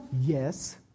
Yes